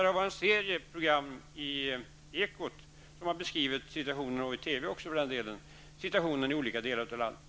Det har varit en serie inslag i Ekot och även i TV där man har beskrivit situationen i olika delar av landet.